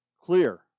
Clear